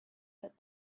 that